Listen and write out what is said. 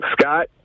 Scott